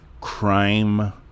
crime